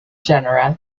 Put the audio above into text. genera